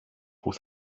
που